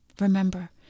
Remember